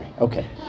Okay